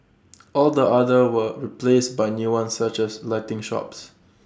all the others were replaced by new ones such as lighting shops